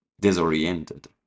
disoriented